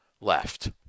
left